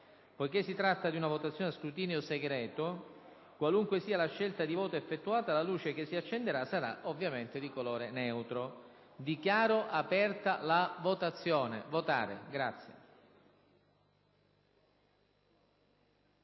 Poiché si tratta di una votazione a scrutinio segreto, qualunque sia la scelta di voto effettuata, la luce che si accenderà sarà ovviamente di colore neutro. Dichiaro aperta la votazione. *(Segue